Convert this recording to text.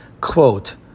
quote